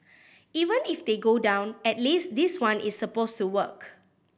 even if they go down at least this one is supposed to work